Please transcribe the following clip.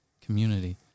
community